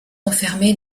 enfermé